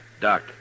Doc